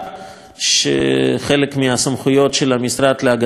שחלק מהסמכויות שלה הן של המשרד להגנת הסביבה.